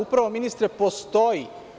Upravo, ministre, postoji.